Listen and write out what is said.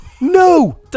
no